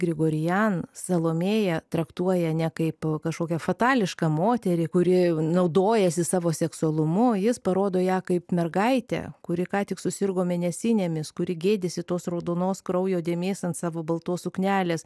grigorian salomėją traktuoja ne kaip kažkokią fatališką moterį kuri naudojasi savo seksualumu jis parodo ją kaip mergaitę kuri ką tik susirgo mėnesinėmis kuri gėdisi tos raudonos kraujo dėmės ant savo baltos suknelės